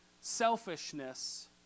selfishness